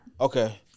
Okay